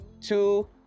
two